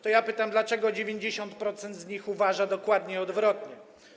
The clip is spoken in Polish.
To ja pytam, dlaczego 90% z nich uważa dokładnie odwrotnie.